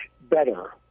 better